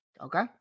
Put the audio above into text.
Okay